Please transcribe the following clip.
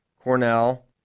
Cornell